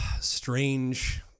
strange